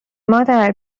مادر